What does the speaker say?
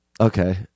okay